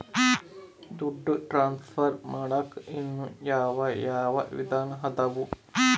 ದುಡ್ಡು ಟ್ರಾನ್ಸ್ಫರ್ ಮಾಡಾಕ ಇನ್ನೂ ಯಾವ ಯಾವ ವಿಧಾನ ಅದವು?